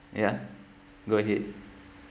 ya go ahead